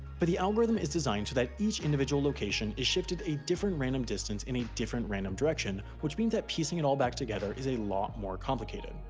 but the algorithm is designed so that each individual location is shifted a different random distance in a different random direction, which means that piecing it all back together is a lot more complicated.